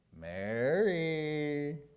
Mary